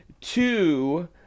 Two